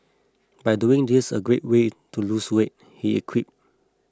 but doing this a great way to lose weight he equipped